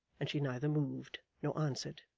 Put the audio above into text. and she neither moved nor answered.